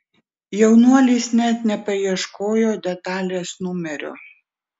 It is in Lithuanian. jaunuolis net nepaieškojo detalės numerio